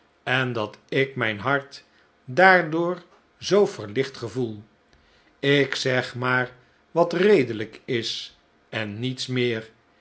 en dat ik mijn hart daardoor zoo verlicht gevoel ik zeg maar wat redely k is en niets meer